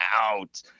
out